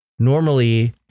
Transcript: Normally